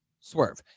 Swerve